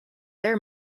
their